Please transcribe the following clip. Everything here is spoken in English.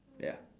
ya